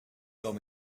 told